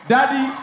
Daddy